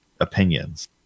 opinions